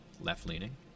left-leaning